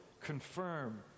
confirm